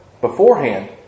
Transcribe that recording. beforehand